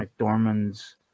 McDormand's